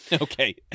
Okay